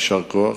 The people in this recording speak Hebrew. יישר כוח.